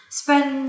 spend